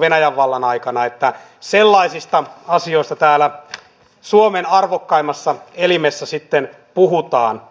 toivon tietenkin myös että sellaisista asioista täällä suomen arvokkaimmassa elimessä sitten puhutaan